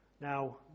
Now